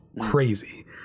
crazy